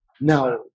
Now